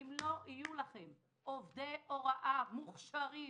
אם לא יהיו לכם עובדי הוראה מוכשרים,